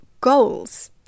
goals